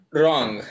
wrong